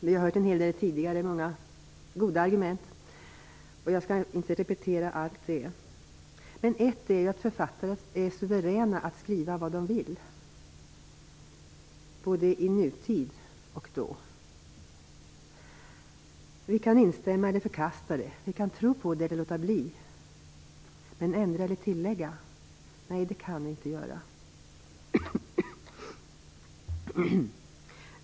Vi har hört många goda argument tidigare. Jag skall inte repetera allt det. Men ett argument är att författare är suveräna att skriva vad de vill, både nu och då. Vi kan instämma eller förkasta det. Vi kan tro på det eller låta bli, men vi kan inte ändra eller tillägga.